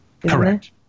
Correct